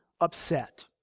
upset